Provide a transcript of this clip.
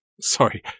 sorry